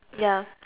ya